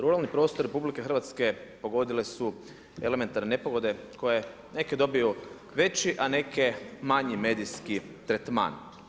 Ruralni prostor RH pogodile su elementarne nepogode koja je, neke dobiju veći a neke manji medijski tretman.